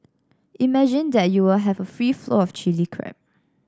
imagine that you will have a free flow of Chilli Crab